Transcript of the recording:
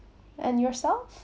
and yourself